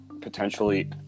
potentially